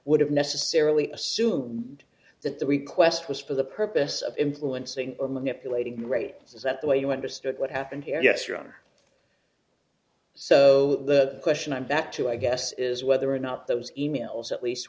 have necessarily assume that the request was for the purpose of influencing or manipulating rates is that the way you understood what happened here yes your honor so the question i'm back to i guess is whether or not those e mails at least